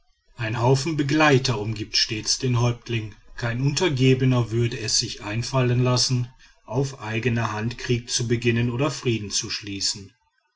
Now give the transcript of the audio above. ein haufen begleiter umgibt stets den häuptling kein untergebener würde es sich einfallen lassen auf eigene hand krieg zu beginnen oder frieden zu schließen